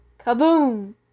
Kaboom